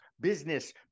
business